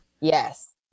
Yes